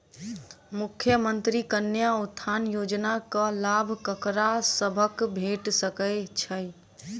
मुख्यमंत्री कन्या उत्थान योजना कऽ लाभ ककरा सभक भेट सकय छई?